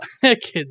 kids